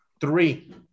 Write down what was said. three